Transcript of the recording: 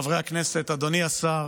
חברי הכנסת, אדוני השר,